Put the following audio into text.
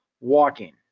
walking